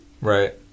Right